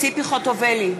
ציפי חוטובלי,